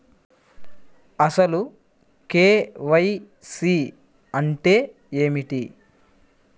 అసలు కే.వై.సి అంటే ఏమిటి?